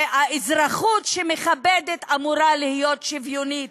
והאזרחות שמכבדת אמורה להיות שוויונית,